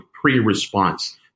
pre-response